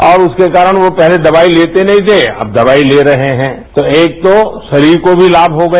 अब उसके कारण पहले वो दवाई लेते नहीं थे अब दवाई ले रहे हैं तो एक तो शरीर को भी लाभ हो गया